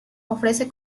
ofrece